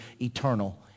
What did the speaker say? eternal